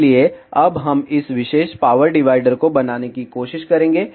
इसलिए अब हम इस विशेष पावर डिवाइडर को बनाने की कोशिश करेंगे